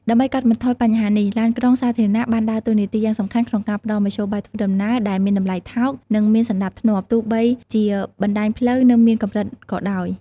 ដើម្បីកាត់បន្ថយបញ្ហានេះ ឡានក្រុងសាធារណៈ បានដើរតួនាទីយ៉ាងសំខាន់ក្នុងការផ្តល់មធ្យោបាយធ្វើដំណើរដែលមានតម្លៃថោក និងមានសណ្តាប់ធ្នាប់ ទោះបីជាបណ្ដាញផ្លូវនៅមានកម្រិតក៏ដោយ។